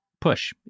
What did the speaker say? push